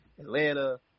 Atlanta